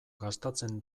gastatzen